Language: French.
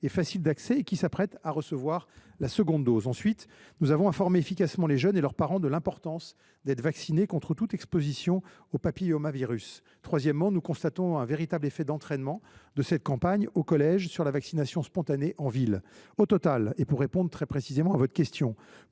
facile d’accès et qui s’apprêtent à recevoir la seconde dose. Ensuite, nous avons informé efficacement les jeunes et leurs parents de l’importance d’être vaccinés contre toute exposition au papillomavirus. Enfin, nous constatons un véritable effet d’entraînement de cette campagne au collège sur la vaccination spontanée en ville. Au total, et pour répondre très précisément à votre question,